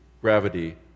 gravity